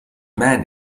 man